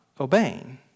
obeying